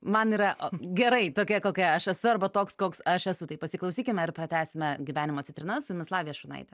man yra gerai tokia kokia aš esu arba toks koks aš esu tai pasiklausykime ir pratęsime gyvenimo citrinas su jumis lavija šurnaitė